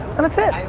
and that's it.